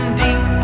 deep